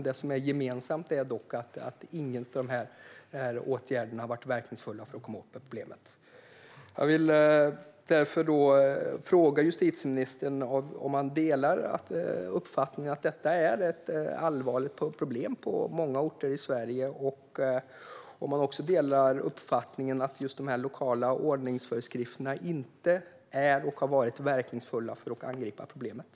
Det som är gemensamt är dock att ingen av åtgärderna har varit verkningsfull för att komma åt problemet. Jag vill därför fråga justitieministern om han delar uppfattningen att detta är ett allvarligt problem på många orter i Sverige och om han också delar uppfattningen att de lokala ordningsföreskrifterna inte är och har varit verkningsfulla för att angripa problemet.